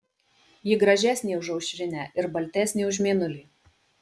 ji gražesnė už aušrinę ir baltesnė už mėnulį